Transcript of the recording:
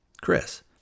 Chris